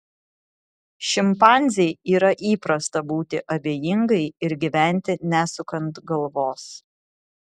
šimpanzei yra įprasta būti abejingai ir gyventi nesukant galvos